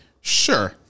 sure